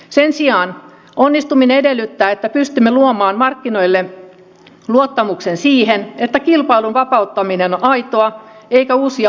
sen sijaan onnistuminen edellyttää että pystymme luomaan markkinoille luottamuksen siihen että kilpailun vapauttaminen on aitoa eikä uusia operaattoreita syrjitä